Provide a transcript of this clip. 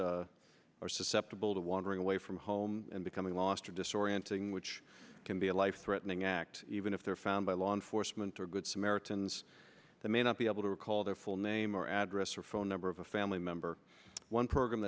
or susceptible to wandering away from home and becoming lost or disorienting which can be a life threatening act even if they're found by law enforcement or good samaritans that may not be able to recall their full name or address or phone number of a family member one program